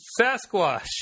Sasquatch